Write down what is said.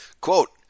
Quote